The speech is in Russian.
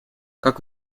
как